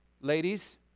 ladies